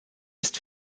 ist